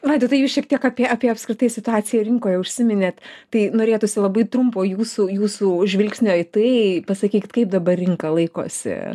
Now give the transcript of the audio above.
vaidotai jūs šiek tiek apie apie apskritai situaciją rinkoje užsiminėt tai norėtųsi labai trumpo jūsų jūsų žvilgsnio į tai pasakykit kaip dabar rinka laikosi